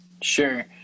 sure